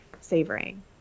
savoring